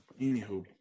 Anywho